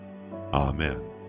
Amen